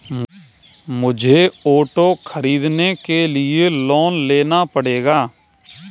मुझे ऑटो खरीदने के लिए लोन लेना पड़ेगा